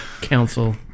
Council